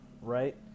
right